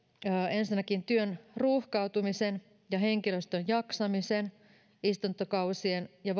ensinnäkin työn ruuhkautumisen ja henkilöstön jaksamisen erityisesti istuntokausien ja